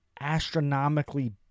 astronomically